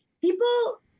People